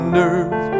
nerve